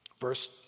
Verse